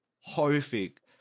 Horrific